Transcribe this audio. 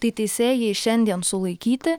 tai teisėjai šiandien sulaikyti